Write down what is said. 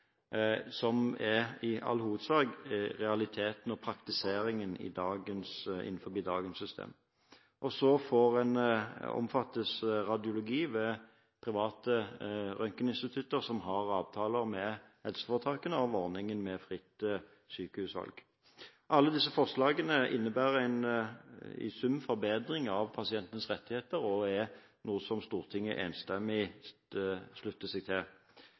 Det er i all hovedsak også realiteten og praktiseringen innenfor dagens system. Videre omfattes radiologi ved private røntgeninstitutter som har avtaler med helseforetakene, av ordningen med fritt sykehusvalg. Alle disse forslagene innebærer i sum en forbedring av pasientenes rettigheter og er noe som Stortinget enstemmig slutter seg til.